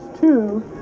two